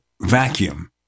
vacuum